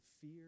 fear